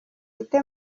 ite